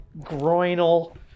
groinal